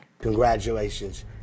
Congratulations